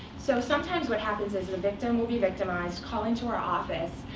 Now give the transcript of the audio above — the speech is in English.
so sometimes, what happens is that a victim will be victimized, call in to our office,